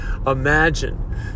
Imagine